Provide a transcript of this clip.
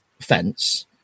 fence